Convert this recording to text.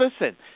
listen